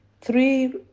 three